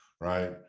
right